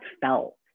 felt